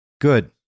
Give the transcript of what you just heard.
good